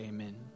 Amen